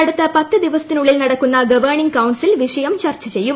അടുത്ത പത്ത് ദിവസത്തിനുള്ളിൽ നടക്കുന്ന ഗവേണിംഗ് കൌൺസിൽ വിഷയം ചർച്ച ചെയ്യും